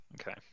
Okay